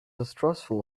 distrustful